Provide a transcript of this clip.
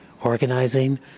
organizing